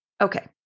Okay